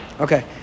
Okay